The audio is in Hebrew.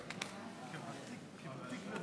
אני כן אגיד כמה דברים: